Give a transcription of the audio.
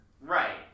right